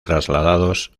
trasladados